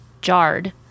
jarred